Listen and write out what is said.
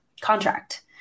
contract